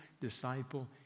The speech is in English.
disciple